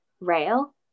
rail